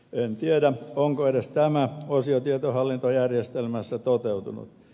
en tiedä onko edes tämä osio tietohallintojärjestelmässä toteutunut